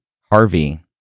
Harvey